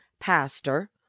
pastor